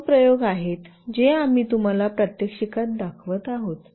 हे दोन प्रयोग आहेत जे आम्ही तुम्हाला प्रात्यक्षिकात दाखवत आहोत